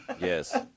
Yes